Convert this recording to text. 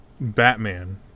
Batman